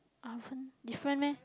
oven different meh